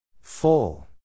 Full